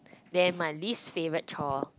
then my least favourite chore